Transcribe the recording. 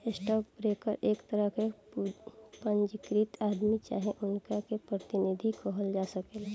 stock broker एक तरह के पंजीकृत आदमी चाहे उनका के प्रतिनिधि कहल जा सकेला